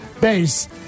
base